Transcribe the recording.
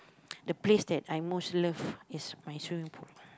the place that I most love is my swimming pool